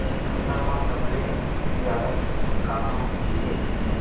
फसल मा सबले जादा कामा होथे?